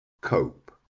Cope